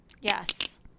Yes